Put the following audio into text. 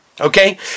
okay